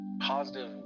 positive